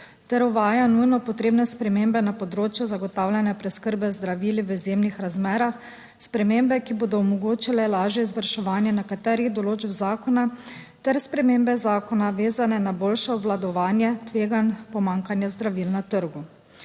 ter uvaja nujno potrebne spremembe na področju zagotavljanja preskrbe z zdravili v izjemnih razmerah spremembe, ki bodo omogočile lažje izvrševanje nekaterih določb zakona ter spremembe zakona vezane na boljše obvladovanje tveganj pomanjkanja zdravil na trgu.